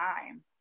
time